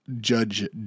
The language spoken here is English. Judge